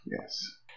Yes